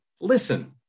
listen